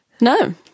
No